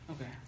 Okay